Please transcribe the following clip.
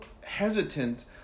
hesitant